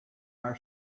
our